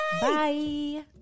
Bye